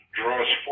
draws